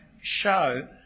show